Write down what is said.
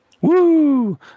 Woo